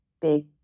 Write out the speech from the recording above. big